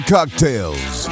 Cocktails